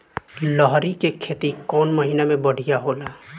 लहरी के खेती कौन महीना में बढ़िया होला?